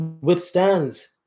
withstands